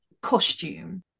costume